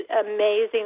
amazing